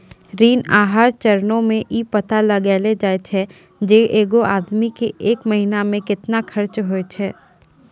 ऋण आहार चरणो मे इ पता लगैलो जाय छै जे एगो आदमी के एक महिना मे केतना खर्चा होय छै